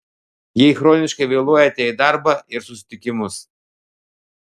jei chroniškai vėluojate į darbą ir susitikimus